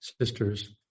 sisters